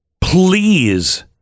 please